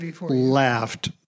laughed